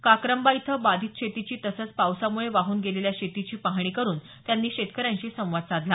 काक्रंबा इथं बाधित शेतीची तसंच पावसामुळे वाहून गेलेल्या शेताची पाहणी करून त्यांनी शेतकऱ्यांशी संवाद साधला